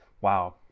wow